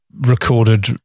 recorded